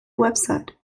website